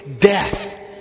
death